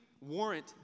warrant